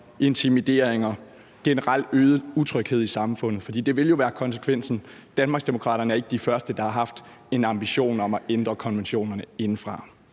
intimideringer og generelt øget utryghed i samfundet? For det vil jo være konsekvensen. Danmarksdemokraterne er ikke de første, der har haft en ambition om at ændre konventionerne indefra.